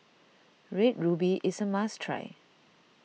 Red Ruby is a must try